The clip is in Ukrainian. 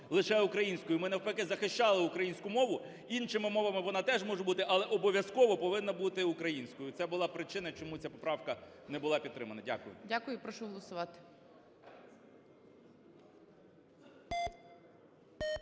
лише українською, ми навпаки захищали українську мову. Іншими мовами вона теж може бути, але обов'язково повинна бути українською. Це була причина, чому ця поправка не була підтримана. Дякую. ГОЛОВУЮЧИЙ. Дякую. Прошу голосувати.